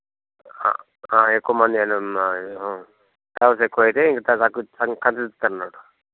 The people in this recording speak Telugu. ఎక్కువ మంది అయితే ఉన్నారు మా కాకపోతే ఎక్కువైతే ఇంకా కడాకు